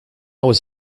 was